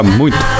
muito